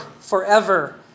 forever